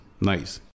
nice